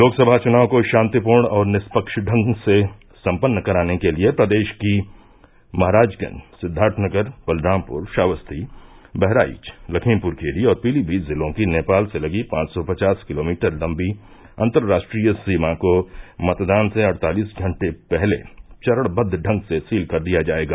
लोकसभा चुनाव को शान्तिपूर्ण और निष्पक्ष रूप से सम्पन्न कराने के लिये प्रदेश की महराजगंज सिद्वार्थनगर बलरामपुर श्रावस्ती बहराइच लखीमपुर खीरी और पीलीभीत जिलों की नेपाल से लगी पांच सौ पचास किलोमीटर लम्बी अन्तर्राष्ट्रीय सीमा को मतदान से अड़तालिस घंटे पहले चरणबंद्व ढंग से सील कर दिया जायेगा